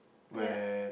ya